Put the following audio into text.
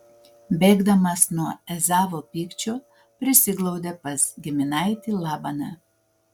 bėgdamas nuo ezavo pykčio prisiglaudė pas giminaitį labaną